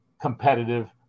competitive